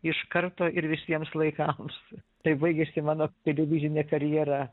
iš karto ir visiems laikams taip baigėsi mano televizinė karjera